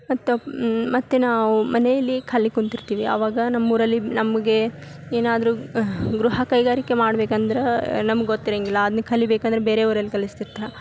ಮತ್ತು ಮತ್ತು ನಾವು ಮನೆಯಲ್ಲಿ ಖಾಲಿ ಕುಂತಿರ್ತೀವಿ ಅವಾಗ ನಮ್ಮೂರಲ್ಲಿ ನಮಗೆ ಏನಾದರು ಗೃಹ ಕೈಗಾರಿಕೆ ಮಾಡ್ಬೇಕಂದ್ರೆ ನಮ್ಗೆ ಗೊತ್ತಿರಂಗಿಲ್ಲ ಅದ್ನ ಕಲಿಬೇಕಂದರೆ ಬೇರೆ ಊರಲ್ಲಿ ಕಲಿಸ್ತಿತ್ತು